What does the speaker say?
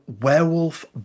Werewolf